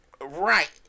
Right